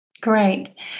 Great